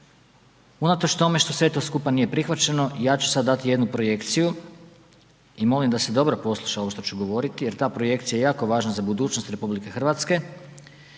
unatoč tome što sve to skupa nije prihvaćeno ja ću sada dati jednu projekciju i molim da se dobro posluša ovo što ću govoriti jer ta projekcija je jako važna za budućnost RH i ta